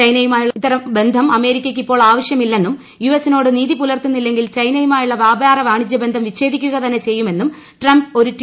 ചൈനയുമായുള്ള ഇത്തരം ബന്ധം അമേരിക്കയ്ക്ക് ഇപ്പോൾ ആവശ്യമില്ലെന്നും യു എസിനോട് നീതി പുലർത്തുന്നില്ലെങ്കിൽ ചൈനയുമായുള്ള വ്യാപാര വാണിജൃ ബന്ധം വിഛേദിക്കുക തന്നെ ചെയ്യുമെന്നും ട്രംപ് ഒരു ടി